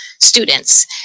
students